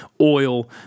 oil